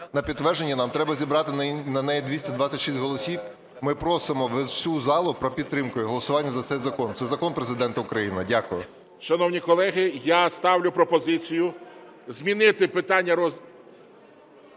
на підтвердження нам треба зібрати на неї 226 голосів. Ми просимо всю залу про підтримку і голосування за цей закон, це закон Президента України. Дякую.